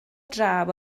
draw